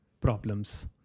problems